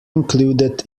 included